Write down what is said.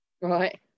right